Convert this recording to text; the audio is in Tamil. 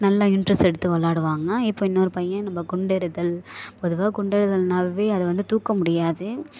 நல்ல இன்ட்ரஸ்ட் எடுத்து விளாடுவாங்க இப்போ இன்னொரு பையன் நம்ம குண்டெறிதல் பொதுவாக குண்டெறிதல்னாவே அது வந்து தூக்க முடியாது